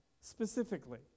specifically